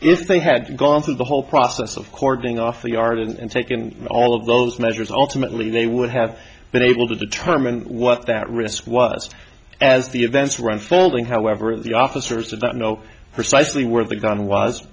if they had gone through the whole process of cordoning off the yard and taken all of those measures ultimately they would have been able to determine what that risk was as the events were unfolding however the officers did not know precisely where the gun was